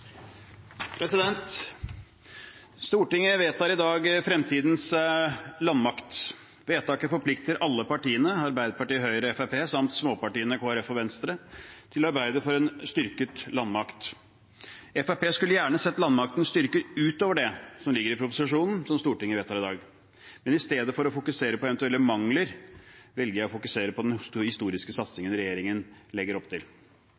Stortinget vedtar i dag fremtidens landmakt. Vedtaket forplikter alle partiene, Arbeiderpartiet, Høyre og Fremskrittspartiet samt småpartiene Kristelig Folkeparti og Venstre, til å arbeide for en styrket landmakt. Fremskrittspartiet skulle gjerne sett landmakten styrket utover det som ligger i proposisjonen som Stortinget vedtar i dag, men i stedet for å fokusere på eventuelle mangler velger jeg å fokusere på den historiske satsingen regjeringen legger opp til.